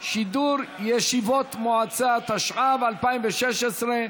(שידור ישיבות מועצה) התשע"ו 2016,